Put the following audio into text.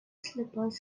slippers